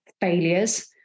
failures